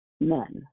none